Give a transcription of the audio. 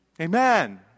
Amen